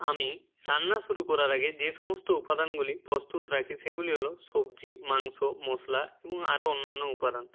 আমি রান্না শুরু করার আগে যে সমস্ত উপাদানগুলি প্রস্তুত রাখি সেগুলি হলো সবজি মাংস মশলা এবং আরও অন্যান্য উপাদান